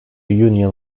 union